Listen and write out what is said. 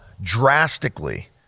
drastically